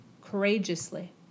Courageously